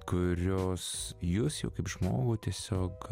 kurios jus jau kaip žmogų tiesiog